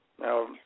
Now